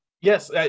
yes